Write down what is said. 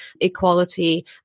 equality